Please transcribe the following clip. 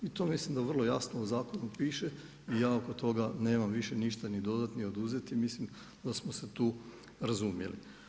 I to mislim da vrlo jasno u zakonu piše i ja oko toga nemam više ništa ni dodat ni oduzet i mislim da smo se tu razumjeli.